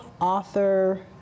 author